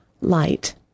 light